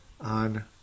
on